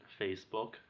facebook